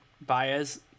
Baez